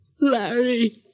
Larry